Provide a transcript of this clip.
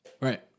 Right